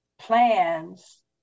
plans